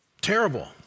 terrible